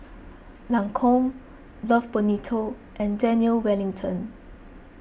Lancome Love Bonito and Daniel Wellington